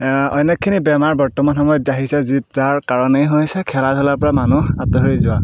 অনেকখিনি বেমাৰ বৰ্তমান সময়ত আহিছে যি যাৰ কাৰণেই হৈছে খেলা ধূলাৰ পৰা মানুহ আঁতৰি যোৱা